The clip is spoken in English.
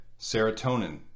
serotonin